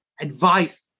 advice